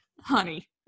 honey